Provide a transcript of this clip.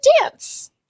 dance